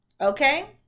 Okay